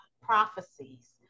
prophecies